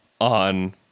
on